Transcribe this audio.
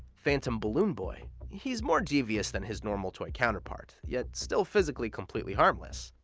phantom balloon boy. he's more devious than his normal toy counterpart, yet still physically completely harmless.